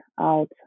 out